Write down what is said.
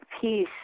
peace